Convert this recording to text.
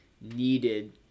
needed